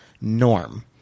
norm